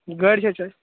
گأڑۍ چھا چٲنۍ